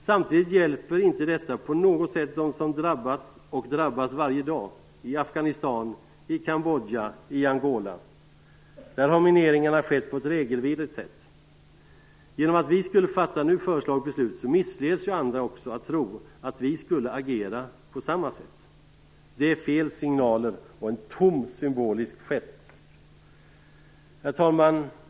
Samtidigt hjälper inte detta på något sätt dem som drabbats och drabbas varje dag i Afghanistan, Kambodja och Angola. Där har mineringarna skett på ett regelvidrigt sätt. Genom att vi skulle fatta nu föreslaget beslut missleds andra att tro att vi skulle agera på samma sätt. Det är fel signaler och en tom symbolisk gest. Herr talman!